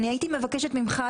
אני הייתי מבקשת ממך,